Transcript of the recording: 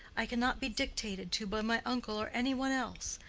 i cannot be dictated to by my uncle or any one else.